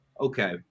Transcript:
okay